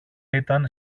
ήταν